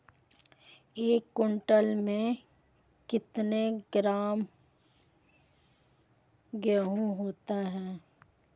एक क्विंटल में कितना किलोग्राम गेहूँ होता है?